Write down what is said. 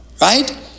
Right